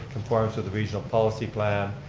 conforms with the regional policy plan,